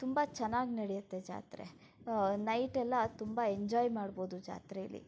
ತುಂಬ ಚೆನ್ನಾಗಿ ನಡೆಯತ್ತೆ ಜಾತ್ರೆ ನೈಟೆಲ್ಲ ತುಂಬ ಎಂಜಾಯ್ ಮಾಡ್ಬೋದು ಜಾತ್ರೆಯಲ್ಲಿ